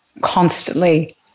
constantly